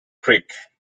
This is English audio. creek